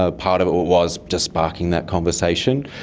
ah part of it was just sparking that conversation.